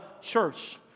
church